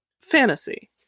fantasy